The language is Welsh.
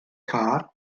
car